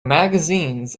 magazines